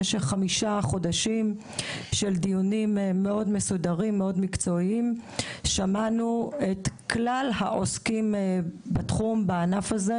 במשך חמישה חודשים; שמענו את כלל העוסקים בענף הזה: